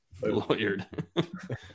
Lawyered